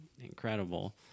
incredible